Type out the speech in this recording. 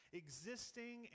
existing